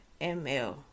ml